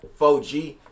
4G